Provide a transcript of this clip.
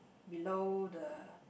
below the